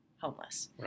homeless